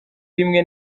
rimwe